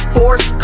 Force